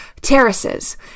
terraces